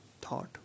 Thought